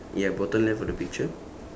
ya bottom left of the picture